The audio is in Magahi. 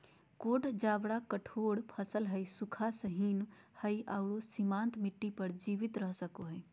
कोडो बाजरा कठोर फसल हइ, सूखा, सहिष्णु हइ आरो सीमांत मिट्टी पर जीवित रह सको हइ